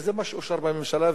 וזה מה שאושר בממשלה,